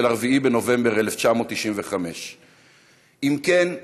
4 בנובמבר 1995. אם כן,